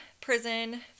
prison